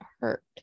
hurt